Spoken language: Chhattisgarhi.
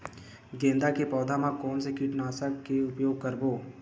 गेंदा के पौधा म कोन से कीटनाशक के उपयोग करबो?